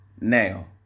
Now